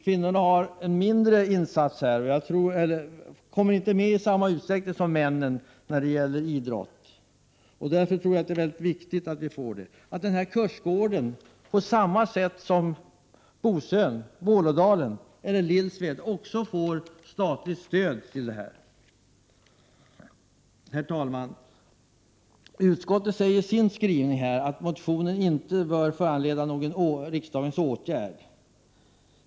Kvinnorna kommer inte med i samma utsträckning som männen när det gäller idrott. Därför är det viktigt att denna kursgård kan göra en insats. Det är också viktigt att denna kursgård, på samma sätt som Bosön, Vålådalen eller Lillsved, får statligt stöd. Utskottet säger i sin skrivning att motionen inte bör föranleda någon riksdagens åtgärd.